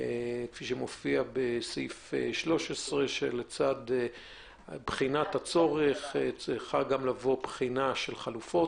כפי שמופיע בסעיף 13 שלצד בחינת הצורך צריכה גם לבוא בחינה של חלופות.